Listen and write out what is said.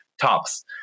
tops